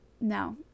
no